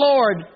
Lord